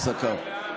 הפסקה.